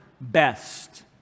best